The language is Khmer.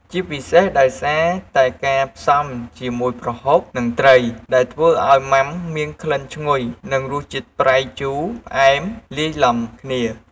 ជាពិសេសដោយសារតែការផ្សំជាមួយប្រហុក និងត្រី ដែលធ្វើឲ្យម៉ាំមានក្លិនឈ្ងុយ និងរសជាតិប្រៃ ជូរ ផ្អែម លាយឡំគ្នា។